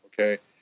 okay